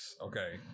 okay